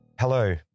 Hello